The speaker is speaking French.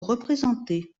représentée